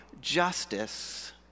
justice